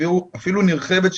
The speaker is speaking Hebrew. אפילו נרחבת,